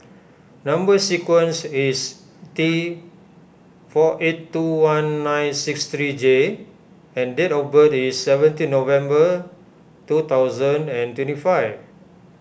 Number Sequence is T four eight two one nine six three J and date of birth is seventeen November two thousand and twenty five